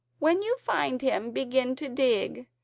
when you find him begin to dig,